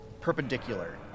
perpendicular